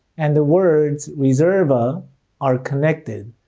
and the words reserve a are connected,